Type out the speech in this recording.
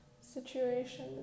situation